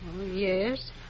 yes